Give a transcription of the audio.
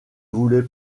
voulez